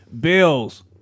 Bills